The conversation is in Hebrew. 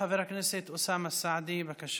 חבר הכנסת אוסאמה סעדי, בבקשה.